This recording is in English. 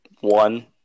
One